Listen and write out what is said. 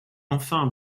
enfin